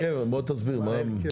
שקיימת.